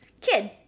kid